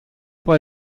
bei